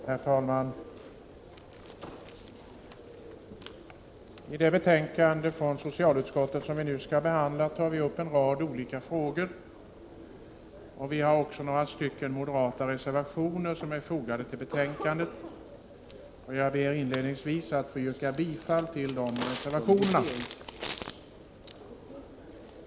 Herr talman! I det betänkande från socialutskottet som vi nu skall behandla tar utskottet upp en rad olika frågor, och vi har några moderata reservationer fogade till betänkandet. Jag ber att inledningsvis få yrka bifall till de reservationerna.